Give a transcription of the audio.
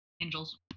angels